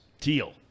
Teal